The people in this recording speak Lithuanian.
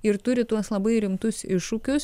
ir turi tuos labai rimtus iššūkius